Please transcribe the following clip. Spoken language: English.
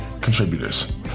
contributors